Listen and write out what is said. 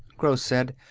gross said.